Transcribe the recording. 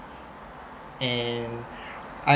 and I